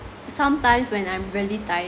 sometimes when I'm really tired